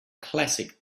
classic